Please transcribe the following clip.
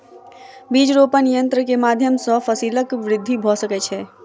बीज रोपण यन्त्र के माध्यम सॅ फसीलक वृद्धि भ सकै छै